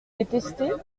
détester